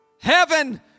Heaven